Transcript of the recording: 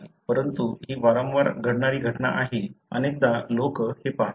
परंतु ही वारंवार घडणारी घटना आहे अनेकदा लोक हे पाहतात